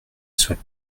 soit